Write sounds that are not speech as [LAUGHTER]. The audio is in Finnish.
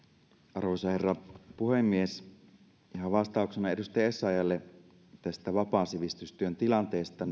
arvoisa herra puhemies ihan vastauksena edustaja essayahlle tästä vapaan sivistystyön tilanteesta [UNINTELLIGIBLE]